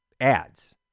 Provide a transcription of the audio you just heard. ads